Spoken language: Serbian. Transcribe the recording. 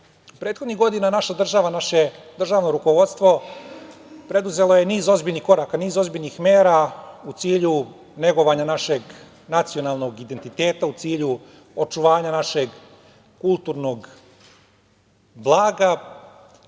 kaže. Prethodnih godina naša država, naše državno rukovodstvo preduzelo je niz ozbiljnih koraka, niz ozbiljnih mera u cilju negovanja našeg nacionalnog identiteta, u cilju očuvanja našeg kulturnog blaga